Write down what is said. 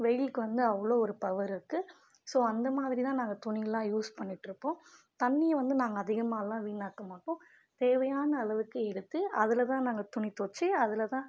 வெயிலுக்கு வந்து அவ்வளோ ஒரு பவர் இருக்குது ஸோ அந்த மாதிரிதான் நாங்கள் துணிங்கள்லாம் யூஸ் பண்ணிட்டுருப்போம் தண்ணியை வந்து நாங்கள் அதிகமாகலாம் வீணாக்க மாட்டோம் தேவையான அளவுக்கு எடுத்து அதில்தான் நாங்கள் துணி துவைச்சி அதில்தான்